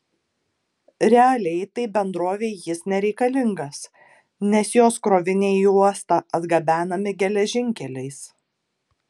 realiai tai bendrovei jis nereikalingas nes jos kroviniai į uostą atgabenami geležinkeliais